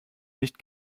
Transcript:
nicht